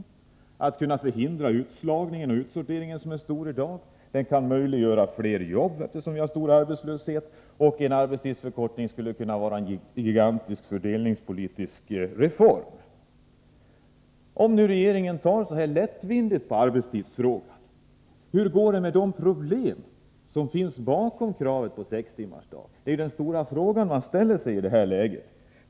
Vidare gäller det att kunna förhindra den utslagning och den utsortering som i dag är omfattande. En arbetstidsförkortning skulle kunna ge fler jobb i en tid av stor arbetslöshet. Dessutom skulle den vara en gigantisk fördelningspolitisk reform. Om regeringen tar så lättvindigt på arbetstidsfrågan, hur går det då med de problem som ligger bakom kravet på sextimmarsdagen? Det är ju den stora frågan i det här läget.